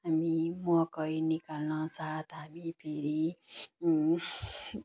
हामी मकै निकाल्न साथ हामी फेरि